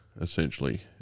essentially